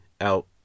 out